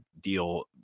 deal